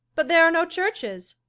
but there are no churches.